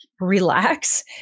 relax